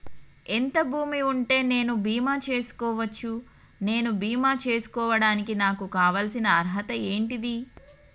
ఎంత భూమి ఉంటే నేను బీమా చేసుకోవచ్చు? నేను బీమా చేసుకోవడానికి నాకు కావాల్సిన అర్హత ఏంటిది?